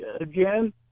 again